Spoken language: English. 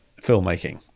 filmmaking